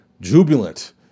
jubilant